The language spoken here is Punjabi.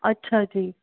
ਅੱਛਾ ਜੀ